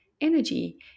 energy